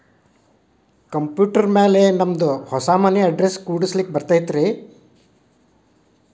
Computer ಮ್ಯಾಲೆ ನಮ್ದು ಹೊಸಾ ಮನಿ ಅಡ್ರೆಸ್ ಕುಡ್ಸ್ಲಿಕ್ಕೆ ಬರತೈತ್ರಿ?